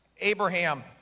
Abraham